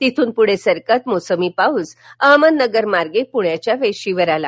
तिथून पूढे सरकत मोसमी पाऊस अहमदनगर मार्गे पूण्याच्या वेशीवर आला